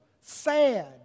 sad